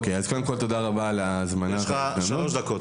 יש לך שלוש דקות.